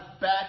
back